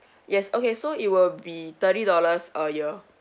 yes okay so it will be thirty dollars a year